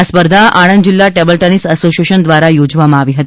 આ સ્પર્ધા આણંદ જિલ્લા ટેબલ ટેનિસ એસોસિએશન દ્વારા યોજવામાં આવી હતી